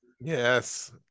Yes